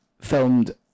filmed